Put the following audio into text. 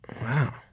Wow